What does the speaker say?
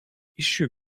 issue